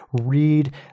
Read